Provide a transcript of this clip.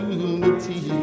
unity